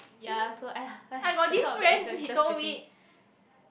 ya so !aiya! the thought of that is like just getting